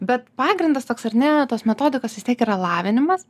bet pagrindas toks ar ne tos metodikos vis tiek yra lavinimas